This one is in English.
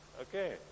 Okay